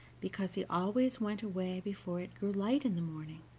because he always went away before it grew light in the morning,